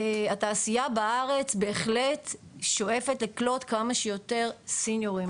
התעשייה בארץ בהחלט שואפת לקלוט כמה שיותר סניורים,